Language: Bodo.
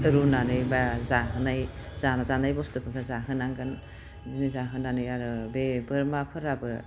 रुनानै बा जाहोनाय जा जानाय बुस्तुफोरखौ जाहोनांगोन बिदिनो जाहोनानै आरो बे बोरमाफोराबो